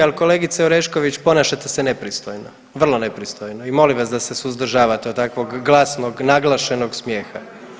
Ali kolegice Orešković ponašate se nepristojno, vrlo nepristojno i molim vas da se suzdržavate od takvog glasnog, naglašenog smijeha.